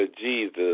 Jesus